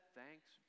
thanks